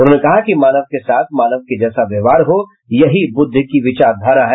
उन्होंने कहा कि मानव के साथ मानव के जैसा व्यवहार हो यही बुद्ध की विचारधारा है